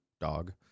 dog